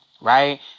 Right